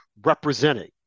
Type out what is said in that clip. representing